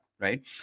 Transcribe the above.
Right